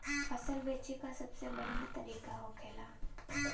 फसल बेचे का सबसे बढ़ियां तरीका का होखेला?